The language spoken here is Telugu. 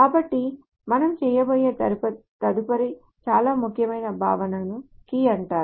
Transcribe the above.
కాబట్టి మనం చేయబోయే తదుపరి చాలా ముఖ్యమైన భావనను కీ అంటారు